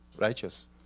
Righteous